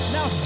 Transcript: Now